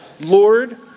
Lord